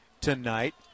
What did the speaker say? tonight